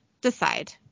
decide